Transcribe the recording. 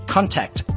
Contact